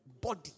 body